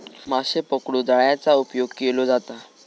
माशे पकडूक जाळ्याचा उपयोग केलो जाता